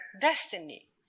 destiny